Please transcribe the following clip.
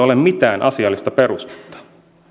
ole mitään asiallista perustetta